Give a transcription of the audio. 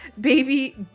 baby